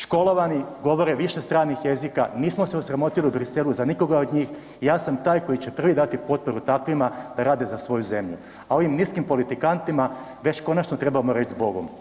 Školovani, govore više stranih jezika, nismo se osramotili u Bruxellesu za nikoga od njih i ja sam taj koji će prvi dati potporu takvima da rade za svoju zemlju a ovi niskim politikantima već konačno trebamo reći „zbogom“